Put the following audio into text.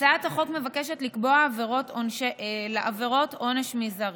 הצעת החוק מבקשת לקבוע לעבירות עונש מזערי.